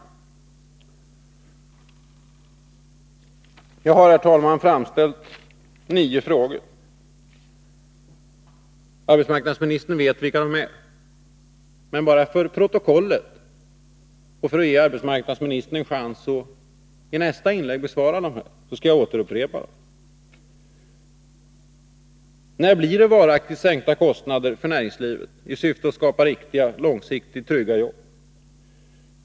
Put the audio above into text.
Jag har, herr talman, framställt ett antal frågor. Arbetsmarknadsministern vet vilka de är. Men bara för protokollet och för att ge arbetsmarknadsministern en chans att i nästa inlägg besvara dem, skall jag upprepa dem: När blir det varaktigt sänkta kostnader för näringslivet i syfte att skapa riktiga och långsiktigt trygga jobb?